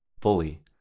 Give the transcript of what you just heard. fully